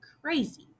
crazy